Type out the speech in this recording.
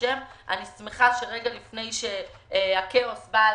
אני שמחה שרגע לפני שהכאוס בא אלינו,